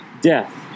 death